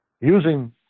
using